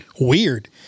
weird